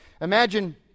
imagine